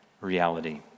reality